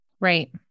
Right